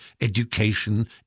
education